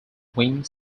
wing